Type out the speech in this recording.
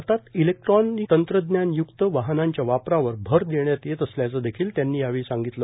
भारतात इलेक्ट्रॉनिक तंत्रज्ञानयुक्त वाहनांच्या वापरावर भर देण्यात येत असल्याचं देखिल त्यांनी सांगितलं